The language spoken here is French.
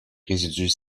résidus